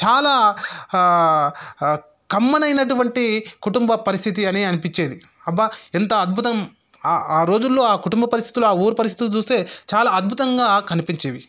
చాలా కమ్మనైనటువంటి కుటుంబ పరిస్థితి అని అనిపించేది అబ్బా ఎంత అద్భుతం ఆ ఆ రోజుల్లో ఆ కుటుంబ పరిస్థితులు ఆ ఊరు పరిస్థితులు చూస్తే చాలా అద్భుతంగా కనిపించేవి